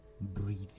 breathe